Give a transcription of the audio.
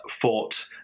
fought